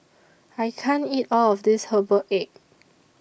I can't eat All of This Herbal Egg